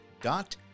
dot